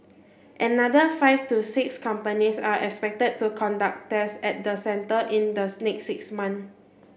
another five to six companies are expected to conduct tests at the centre in the next six months